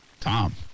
Tom